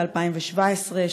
ב-2017,